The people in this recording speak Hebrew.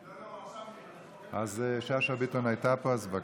לא נורא, אז שאשא ביטון הייתה פה, אז בבקשה.